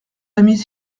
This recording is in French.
amis